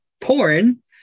porn